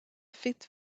fit